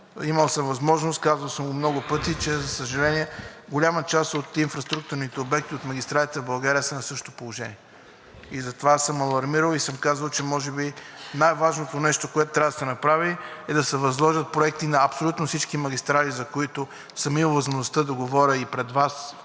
Имал съм възможност, казвал съм го много пъти, че, за съжаление, голяма част от инфраструктурните обекти от магистралите в България са на същото положение – за това съм алармирал и съм казвал, че може би най-важното нещо, което трябва да се направи, е да се възложат проекти на абсолютно всички магистрали, за които съм имал възможността да говоря и пред Вас,